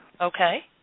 Okay